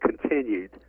continued